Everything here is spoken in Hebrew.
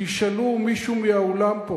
תשאלו מישהו מהאולם פה,